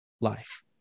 life